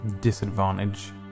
Disadvantage